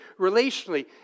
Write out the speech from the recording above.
relationally